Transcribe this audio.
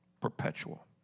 Perpetual